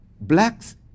blacks